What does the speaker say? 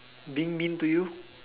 being mean to you